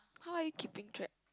how are you keeping track